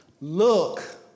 look